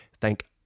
Thank